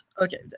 Okay